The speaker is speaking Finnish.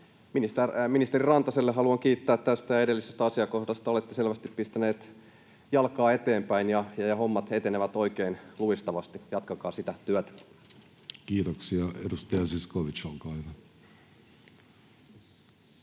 Ministeri Rantasta haluan kiittää tästä ja edellisestä asiakohdasta. Olette selvästi pistänyt jalkaa eteenpäin, ja hommat etenevät oikein luistavasti. Jatkakaa sitä työtä. [Speech 151] Speaker: Jussi Halla-aho